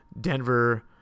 Denver